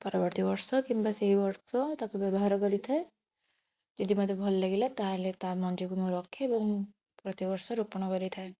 ପରବର୍ତ୍ତୀ ବର୍ଷ କିମ୍ବା ସେଇ ବର୍ଷ ତାକୁ ବ୍ୟବହାର କରିଥାଏ ଯଦି ମୋତେ ଭଲ ଲାଗିଲା ତାହେଲେ ତା ମଞ୍ଜିକୁ ମୁଁ ରଖେ ଏବଂ ପ୍ରତିବର୍ଷ ରୋପଣ କରିଥାଏ